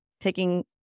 taking